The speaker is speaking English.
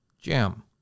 jam